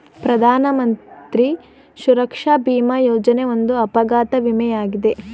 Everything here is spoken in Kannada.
ಪ್ರಧಾನಮಂತ್ರಿ ಸುರಕ್ಷಾ ಭಿಮಾ ಯೋಜನೆ ಒಂದು ಅಪಘಾತ ವಿಮೆ ಯಾಗಿದೆ